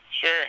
sure